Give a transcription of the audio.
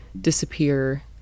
disappear